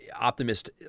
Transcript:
Optimist